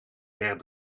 ver